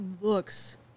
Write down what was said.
looks